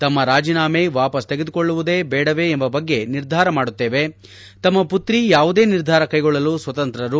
ತಮ್ಮ ರಾಜೀನಾಮೆ ವಾಪಾಸ್ ತೆಗೆದುಕೊಳ್ಳುವುದೇ ಬೇಡವೇ ಎಂಬ ಬಗ್ಗೆ ನಿರ್ದಾರ ಮಾಡುತ್ತೇನೆ ತಮ್ಮ ಪುತ್ರಿ ಯಾವುದೇ ನಿರ್ಧಾರ ಕೈಗೊಳ್ಳಲು ಸ್ವತಂತ್ರರು